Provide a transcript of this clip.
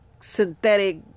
synthetic